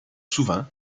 souvent